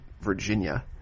Virginia